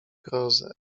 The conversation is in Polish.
grozę